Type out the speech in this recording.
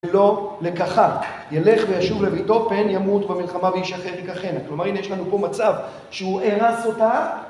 לא לקחה, ילך וישוב לביתו פן ימות במלחמה ואיש אחר ייקחיה. כלומר, הנה יש לנו פה מצב שהוא אירס אותה...